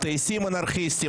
הטייסים אנרכיסטים,